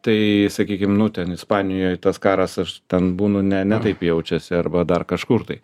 tai sakykim nu ten ispanijoj tas karas aš ten būnu ne ne taip jaučiasi arba dar kažkur tai